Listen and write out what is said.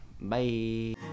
Bye